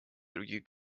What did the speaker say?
других